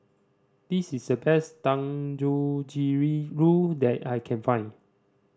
this is the best Dangojiriru that I can find